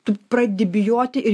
tu pradedi bijoti ir